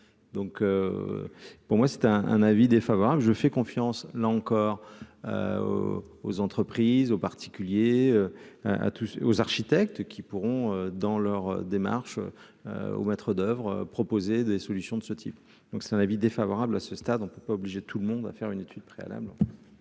Donc pour moi c'est un un avis défavorable je fais confiance là encore aux entreprises, aux particuliers à tous aux architectes qui pourront, dans leur démarche aux maîtres d'Oeuvres, proposer des solutions de ce type, donc c'est un avis défavorable à ce stade, on ne peut pas obliger tout le monde va faire une étude préalable.